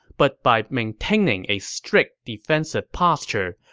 but by maintaining a strict defensive posture,